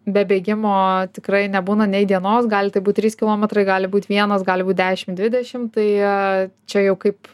be bėgimo tikrai nebūna nei dienos gali tai būt trys kilometrai gali būt vienas gali būt dešim dvidešim tai čia jau kaip